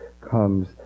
comes